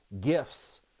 gifts